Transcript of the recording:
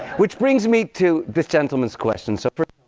which brings me to this gentleman's question. so